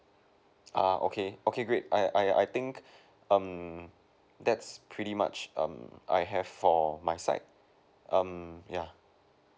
uh okay okay great I I I think um that's pretty much um I have for my side um yeah